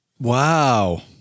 Wow